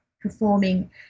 performing